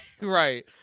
Right